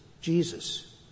Jesus